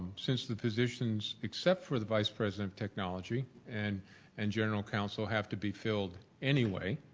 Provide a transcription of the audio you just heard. since the positions except for the vice president of technology and and general counsel have to be filled anyway